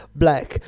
black